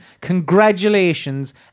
congratulations